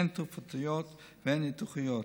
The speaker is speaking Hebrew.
הן תרופתיות והן ניתוחיות.